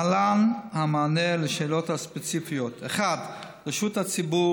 להלן המענה על השאלות הספציפיות: 1. לרשות הציבור